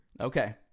Okay